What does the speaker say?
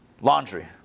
laundry